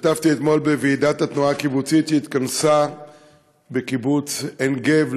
השתתפתי אתמול בוועידת התנועה הקיבוצית שהתכנסה בקיבוץ עין גב,